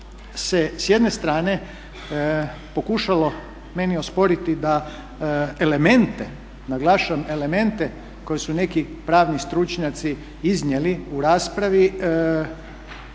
s jedne strane pokušalo meni osporiti da elemente, naglašavam elemente koje su neki pravni stručnjaci iznijeli u raspravi